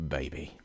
Baby